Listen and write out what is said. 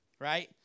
right